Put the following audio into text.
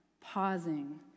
pausing